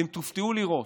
אתם תופתעו לראות